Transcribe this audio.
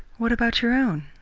what about your own?